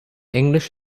english